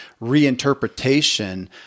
reinterpretation